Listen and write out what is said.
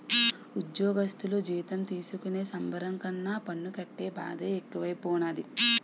ఉజ్జోగస్థులు జీతం తీసుకునే సంబరం కన్నా పన్ను కట్టే బాదే ఎక్కువైపోనాది